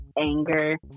anger